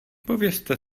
povězte